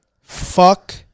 Fuck